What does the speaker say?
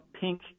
pink